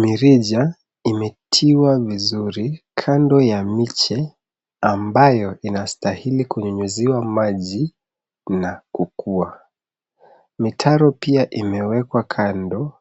Mirija imetiwa vizuri kando ya miche ambayo inastahili kunyunyuziwa maji na kukua. Mitaro pia imewekwa kando